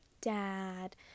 dad